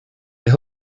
they